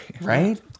Right